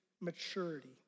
maturity